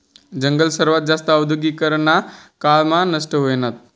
जंगल सर्वात जास्त औद्योगीकरना काळ मा नष्ट व्हयनात